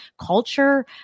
culture